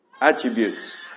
attributes